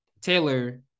Taylor